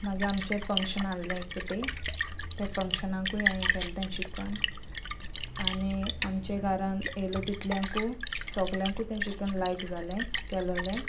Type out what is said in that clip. मागीर आमचे फंक्शन आसले एक पटी ते फंक्शनाकूय हांवें केलें तें चिकन आनी आमचे घरान येयलो तितल्यांकूय सोगल्यांकूच तें चिकन लायक जाले केल्लं